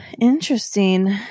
Interesting